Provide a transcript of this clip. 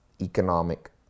economic